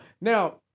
Now